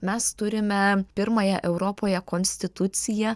mes turime pirmąją europoje konstituciją